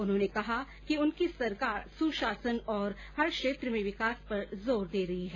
उन्होने कहा कि उनकी सरकार सुशासन और हर क्षेत्र में विकास पर जोर दे रही है